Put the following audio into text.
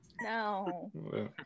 No